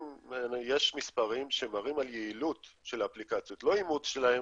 אם יש מספרים שמראים על היעילות של האפליקציות לא האימוץ שלהן,